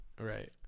Right